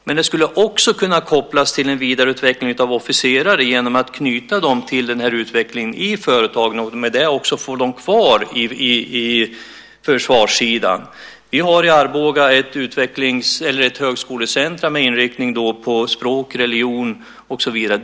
Det skulle också kunna kopplas till en vidareutveckling av officerare genom att man knyter dem till utvecklingen i företagen och med det också får dem kvar på försvarssidan. Vi har i Arboga ett högskolecentrum med inriktning på språk, religion och så vidare.